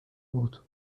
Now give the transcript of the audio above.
بود